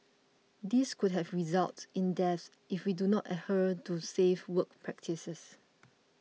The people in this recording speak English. these could have resulted in deaths if we do not adhere to safe work practices